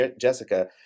Jessica